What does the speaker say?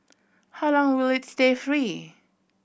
how long will it stay free